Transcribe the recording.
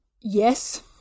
Yes